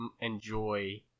enjoy